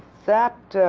that.